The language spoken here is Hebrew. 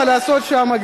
מה לעשות שם,